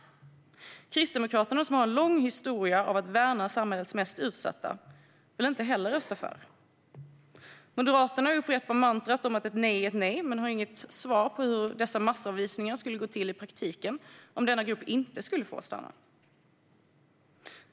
Kristdemokraterna, som har en lång historia av att värna samhällets mest utsatta, vill inte heller rösta för. Moderaterna upprepar mantrat att ett nej är ett nej men har inget svar på hur dessa massavvisningar skulle gå till i praktiken, om denna grupp inte skulle få stanna.